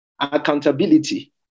accountability